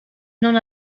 non